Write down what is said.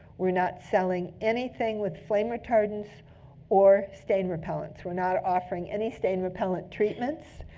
we're not selling anything with flame retardants or stain repellents. we're not offering any stain repellent treatments.